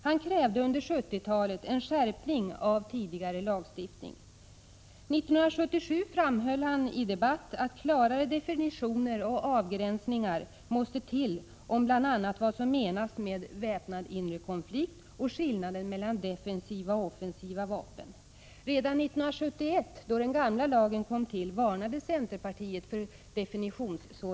Han krävde under 1970-talet en skärpning av tidigare lagstiftning. 1977 framhöll han i en debatt att klarare definitioner och avgränsningar måste till, bl.a. rörande vad som menas med väpnad inre konflikt och skillnaden mellan defensiva och offensiva vapen. Redan 1971, då den gamla lagen tillkom, varnade centerpartiet för svårigheter med definitionerna.